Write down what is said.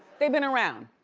they've been around.